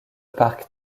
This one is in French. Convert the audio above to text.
parc